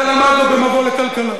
את זה למדנו במבוא לכלכלה.